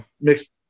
mixed